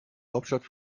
hauptstadt